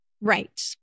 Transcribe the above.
Right